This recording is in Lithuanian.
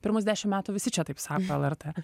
pirmus dešimt metų visi čia taip sako lrt